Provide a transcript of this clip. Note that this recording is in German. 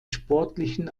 sportlichen